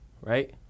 right